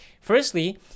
Firstly